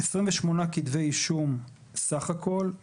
28 כתבי אישום בסך הכול,